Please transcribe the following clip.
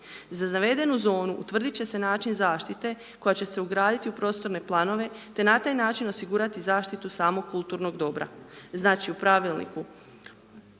Za zavedenu zonu utvrditi će se način zaštite koja će se ugraditi u prostorne planove te na taj način osigurati zaštitu samog kulturnog dobra. Znači u pravilniku